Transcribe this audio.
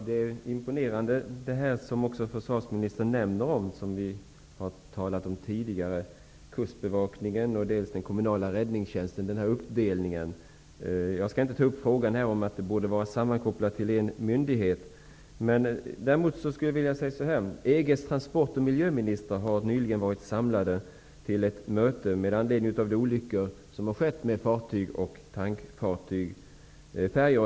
Herr talman! Det som försvarsministern nämner och som vi har talat om tidigare är imponerande, dvs. den uppdelade verksamheten hos kustbevakningen och den kommunala räddningstjänsten. Jag skall inte här ta upp frågan om att den borde vara sammankopplad till en myndighet. EG:s transport och miljöministrar har nyligen varit samlade till ett möte med anledning av de olyckor som har skett med färjor och tankfartyg.